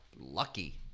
lucky